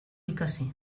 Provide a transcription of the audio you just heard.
ikasi